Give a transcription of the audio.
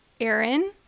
Aaron